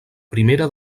primera